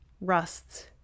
rusts